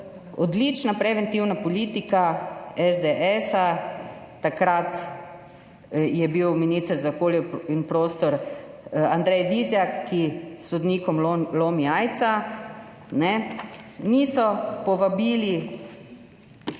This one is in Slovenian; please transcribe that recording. odlična preventivna politika SDS, takrat je bil minister za okolje in prostor Andrej Vizjak, ki sodnikom lomi jajca. K projektom